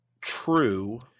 true